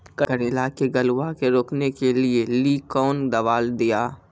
करेला के गलवा के रोकने के लिए ली कौन दवा दिया?